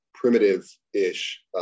primitive-ish